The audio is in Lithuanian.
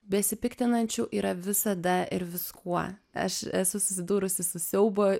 besipiktinančių yra visada ir viskuo aš esu susidūrusi su siaubo